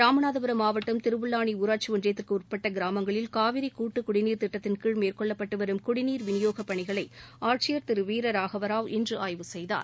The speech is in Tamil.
ராமநாதபுரம் மாவட்டம் திருபுல்லானி ஊராட்சி ஒன்றியத்திற்கு உட்பட்ட கிராமங்களில் காவிரி கூட்டுக் குடிநீர் திட்டத்தின் கீழ் மேற்கொள்ளப்பட்டு வரும் குடிநீர் விநியோகப் பணிகளை ஆட்சியர் திரு வீரராகவ ராவ் இன்று ஆய்வு செய்தார்